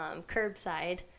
curbside